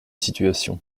situation